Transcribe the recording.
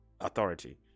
authority